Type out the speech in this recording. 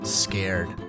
scared